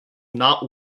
not